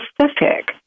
specific